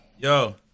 Yo